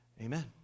amen